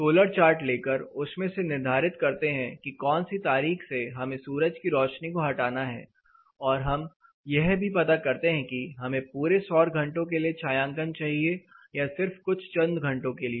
solar chart लेकर उसमें से निर्धारित करते हैं कि कौन सी तारीख से हमें सूरज की रोशनी को हटाना है और हम यह भी पता करते हैं कि हमें पूरे सौर घंटों के लिए छायांकन चाहिए या सिर्फ कुछ चंद घंटों के लिए